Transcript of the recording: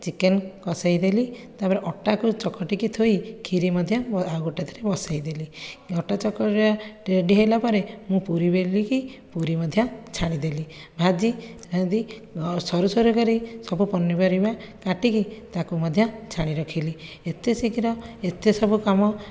chicken କସେଇଦେଲି ତା'ପରେ ଅଟାକୁ ଚକଟି କି ଥୋଇ କ୍ଷୀରି ମଧ୍ୟ ଆଉ ଗୋଟିଏ ଠାରେ ବସାଇଦେଲି ଅଟା ଚକଡ଼ିବା ରେଡ଼ି ହେଲା ପରେ ମୁଁ ପୁରୀ ବେଲିକି ପୁରୀ ମଧ୍ୟ ଛାଣିଦେଲି ଭାଜି ଭାଜି ସରୁ ସରୁ କରି ସବୁ ପନିପରିବା କାଟିକି ତାକୁ ମଧ୍ୟ ଛାଣି ରଖିଲି ଏତେ ଶୀଘ୍ର ଏତେ ସବୁ କାମ